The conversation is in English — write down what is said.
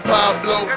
Pablo